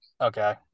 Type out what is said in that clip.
okay